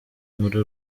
muri